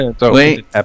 wait